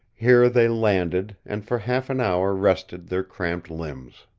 here they landed and for half an hour rested their cramped limbs.